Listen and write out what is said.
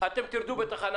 תרדו בתחנה